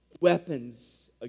weapons